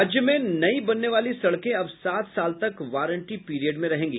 राज्य में नई बनने वाली सड़के अब सात साल तक वारंटी पीरियड में रहेंगी